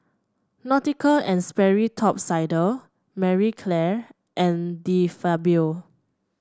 Nautica And Sperry Top Sider Marie Claire and De Fabio